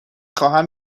خواهم